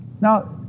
now